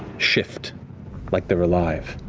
shift like they're alive.